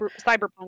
cyberpunk